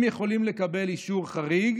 הם יכולים לקבל אישור חריג